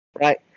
Right